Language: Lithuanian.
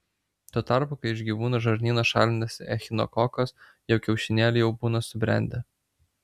tuo tarpu kai iš gyvūno žarnyno šalinasi echinokokas jo kiaušinėliai jau būna subrendę